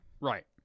Right